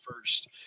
first